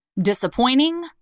Disappointing